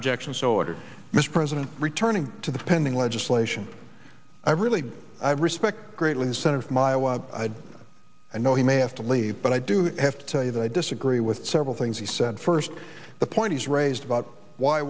objection so ordered mr president returning to the pending legislation i really respect greatly the senator from iowa i know he may have to leave but i do have to tell you that i disagree with several things he said first the point he's raised about why